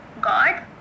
God